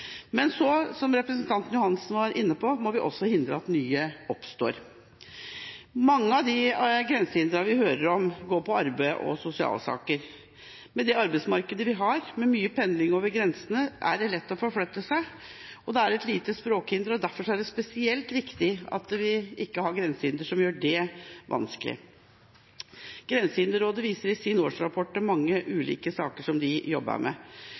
Men så må vi også, som representanten Johansen var inne på, hindre at nye oppstår. Mange av de grensehindrene vi hører om, går på arbeid og sosialsaker. Med det arbeidsmarkedet vi har, med mye pendling over grensene, er det lett å forflytte seg og lite språkhinder. Derfor er det spesielt viktig at vi ikke har grensehindre som gjør det vanskelig. Grensehinderrådet viser i sin årsrapport til mange ulike saker som de jobber med,